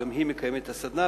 שגם היא מקיימת את הסדנה,